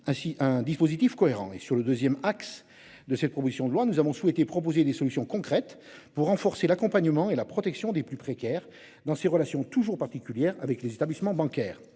ah si un dispositif cohérent et sur le 2ème axe de cette proposition de loi, nous avons souhaité proposer des solutions concrètes pour renforcer l'accompagnement et la protection des plus précaires dans ses relations toujours particulière avec les établissements bancaires